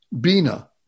Bina